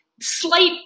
slight